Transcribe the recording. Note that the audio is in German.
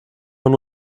von